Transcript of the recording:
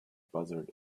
buzzard